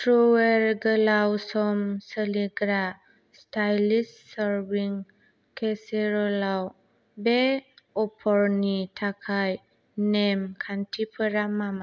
Trueware गोलाव सम सोलिग्रा स्टाइलिस सार्विं केसेरल आव बे अफारनि थाखाय नेम खान्थिफोरा मा मा